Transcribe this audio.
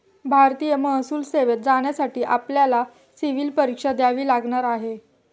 भारतीय महसूल सेवेत जाण्यासाठी आपल्याला सिव्हील परीक्षा द्यावी लागणार आहे